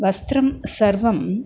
वस्त्रं सर्वम्